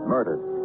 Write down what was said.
Murdered